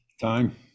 Time